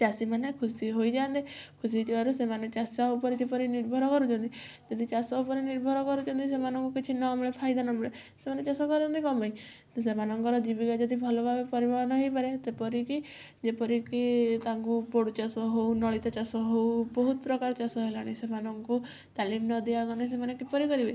ଚାଷୀମାନେ ଖୁସି ହୋଇଯାଆନ୍ତେ ଖୁସି ହୋଇଯିବାରୁ ସେମାନେ ଚାଷ ଉପରେ ଯେପରି ନିର୍ଭର କରୁଛନ୍ତି ଯଦି ଚାଷ ଉପରେ ନିର୍ଭର କରୁଛନ୍ତି ସେମାନଙ୍କୁ କିଛି ନ ମିଳେ ଫାଇଦା ନ ମିଳେ ସେମାନେ ଚାଷ କରନ୍ତି କ'ଣ ପାଇଁ ସେମାନଙ୍କର ଜୀବିକା ଯଦି ଭଲ ଭାବେ ପରିମାଣ ହେଇପାରେ ଯେପରିକି ଯେପରିକି ତାଙ୍କୁ ପୋଡ଼ୁ ଚାଷ ହଉ ନଳିତା ଚାଷ ହଉ ବହୁତ୍ ପ୍ରକାର ଚାଷ ହେଲାଣି ସେମାନଙ୍କୁ ତାଲିମ୍ ନ ଦିଆଗଲେ ସେମାନେ କିପରି କରିବେ